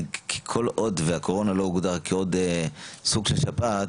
כל עוד שהקורונה לא הוגדרה כעוד סוג של שפעת,